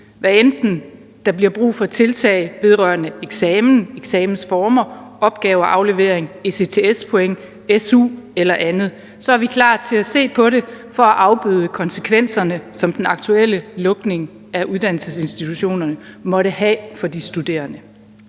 Hvad enten der bliver brug for tiltag vedrørende eksamen, eksamensformer, opgaveaflevering, ECTS-point, su eller andet, så er vi klar til at se på det for at afbøde konsekvenserne, som den aktuelle lukning af uddannelsesinstitutionerne måtte have for de studerende.